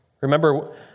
Remember